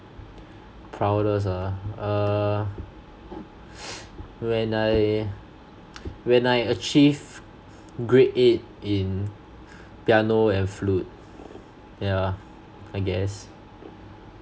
proudest ah err when I when I achieved grade eight in piano and flute yeah I guess